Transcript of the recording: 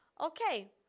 okay